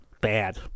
bad